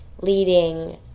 leading